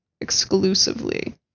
exclusively